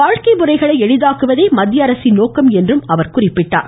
வாழ்க்கை முறைகளை எளிதாக்குவதே மத்திய அரசின் நோக்கம் என்றார்